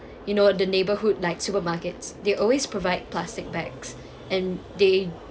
you know the neighbourhood like supermarkets they always provide plastic bags and they